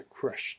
crushed